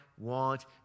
want